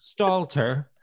Stalter